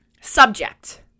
subject